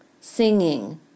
singing